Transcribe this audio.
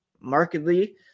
markedly